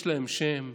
יש להם שם מנהלים,